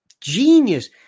genius